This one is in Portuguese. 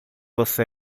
você